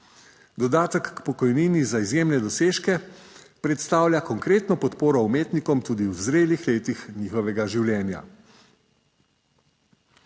Dodatek k pokojnini za izjemne dosežke predstavlja konkretno podporo umetnikom tudi v zrelih letih njihovega življenja,